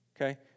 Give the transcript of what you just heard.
okay